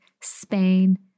Spain